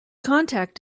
contact